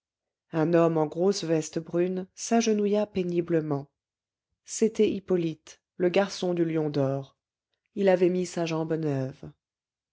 un homme en grosse veste brune s'agenouilla péniblement c'était hippolyte le garçon du lion d'or il avait mis sa jambe neuve